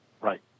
Right